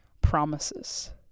promises